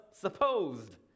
supposed